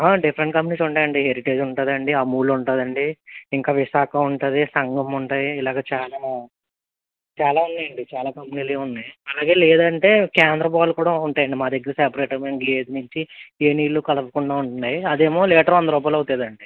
different companies ఉంటాయండి heritage ఉంటుంది అండి అమూల్ ఉంటుంది అండి ఇంకా విశాఖ ఉంటుంది సంగం ఉంటాయి ఇలాగా చాలా చాలా ఉన్నాయండి చాలా కంపెనీలు అవి ఉన్నాయి అలాగే లేదంటే కేంద్రం పాలు కూడా ఉంటాయండి మా దగ్గర సెపరేట్గా గేదె నుంచి ఏ నీళ్ళు కలపకుండా ఉన్నాయి అది ఏమో లీటర్ వంద రూపాయలు అవుతుంది అండి